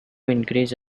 increase